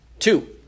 Two